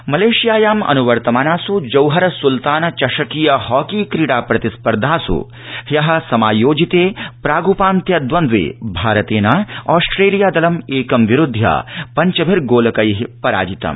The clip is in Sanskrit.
हॉकी मलयेशियायाम् अनुवर्तमानासु जौहर सुल्तान चषकीय हॉकी क्रीडा प्रतिस्पर्धासु ह्य समायोजिते प्रागुपान्त्य द्वन्द्वे भारतेन ऑस्ट्रेलिया दलम् एकं विरुध्य पञ्चभिर्गोलकै पराजितम्